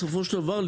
בסופו של דבר,